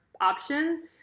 option